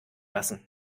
lassen